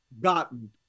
gotten